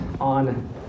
on